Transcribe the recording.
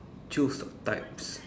choose the types